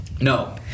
No